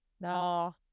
No